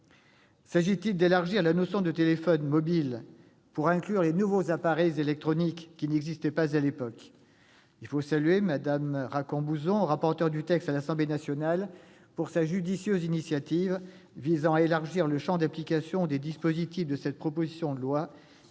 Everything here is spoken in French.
S'agit-il d'élargir la notion de téléphone mobile pour inclure les appareils électroniques qui n'existaient pas à l'époque